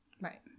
Right